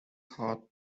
heart